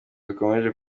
zikomeje